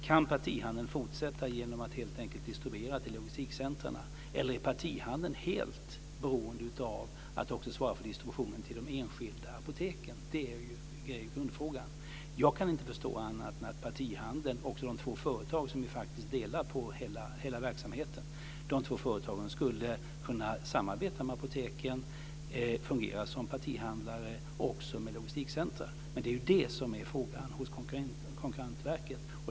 Kan partihandeln fortsätta genom att helt enkelt distribuera till logistikcentrumen, eller är partihandeln helt beroende av att också svara för distributionen till de enskilda apoteken? Det är grundfrågan. Jag kan inte förstå annat än att partihandeln - också de två företag som faktiskt delar på hela verksamheten - skulle kunna samarbeta med apoteken och fungera som partihandlare också med logistikcentrum. Men det är det som är frågan för Konkurrensverket.